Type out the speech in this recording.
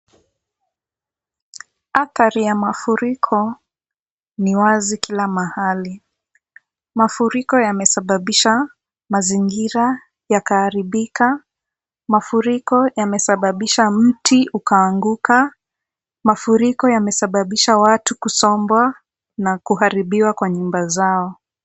Athari ya mafuriko ni wazi kila mahali. Mafuriko yamesababisha mazingira yakaharibika. Mafuriko yamesababisha mti ukaanguka. Mafuriko yamesababisha watu kusombwa na kuharibiwa kwa nyumba zao.